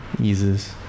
eases